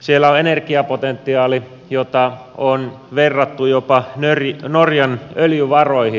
siellä on energiapotentiaali jota on verrattu jopa norjan öljyvaroihin